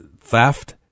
theft